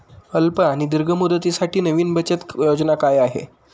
अल्प आणि दीर्घ मुदतीसाठी नवी बचत योजना काय आहे?